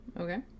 Okay